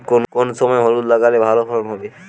কোন সময় হলুদ লাগালে ভালো ফলন হবে?